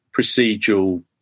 procedural